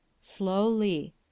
Slowly